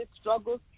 struggles